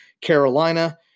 Carolina